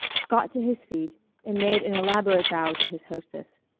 got to his feet and made an elaborate bow to his hostess.